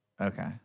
Okay